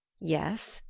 yes,